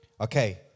Okay